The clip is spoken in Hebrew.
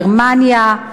גרמניה.